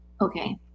okay